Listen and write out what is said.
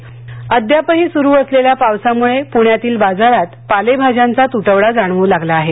प्णे भाजीपाला अद्यापही सुरू असलेल्या पावसामुळे पुण्यातील बाजारात पालेभाज्यांचा तुटवडा जाणवू लागला आहे